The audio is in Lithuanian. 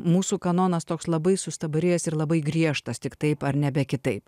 mūsų kanonas toks labai sustabarėjęs ir labai griežtas tik taip ar nebe kitaip